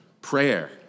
Prayer